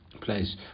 place